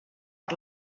per